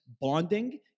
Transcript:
bonding